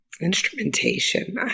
instrumentation